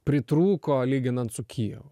pritrūko lyginant su kijevu